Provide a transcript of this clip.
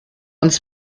uns